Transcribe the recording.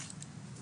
בבקשה.